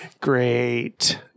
Great